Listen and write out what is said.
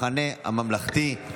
אי-אמון בממשלה של סיעת המחנה הממלכתי.